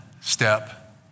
step